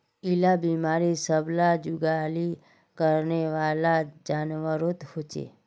इरा बिमारी सब ला जुगाली करनेवाला जान्वारोत होचे